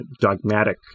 dogmatic